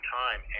time